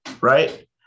right